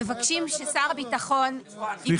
מבקשים ששר הביטחון יקבע